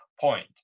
point